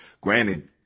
Granted